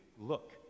Look